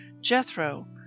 Jethro